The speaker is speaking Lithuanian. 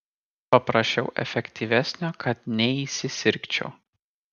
paprašiau efektyvesnio kad neįsisirgčiau